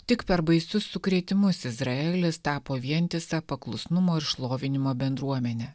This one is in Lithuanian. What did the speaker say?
tik per baisius sukrėtimus izraelis tapo vientisa paklusnumo ir šlovinimo bendruomene